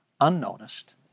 unnoticed